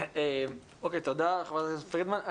אוקיי, תודה חברת הכנסת פרידמן.